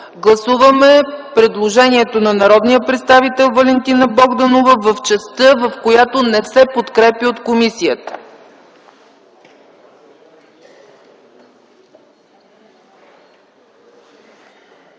Гласуваме предложението на народния представител Валентина Богданова в частта, в която не се подкрепя от комисията.